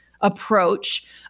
approach